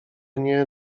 nie